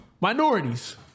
Minorities